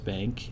Bank